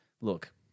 look